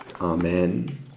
Amen